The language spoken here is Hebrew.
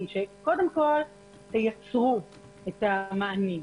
קודם כל תייצרו את המענים,